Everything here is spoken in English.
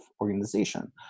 organization